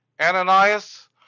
Ananias